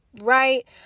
right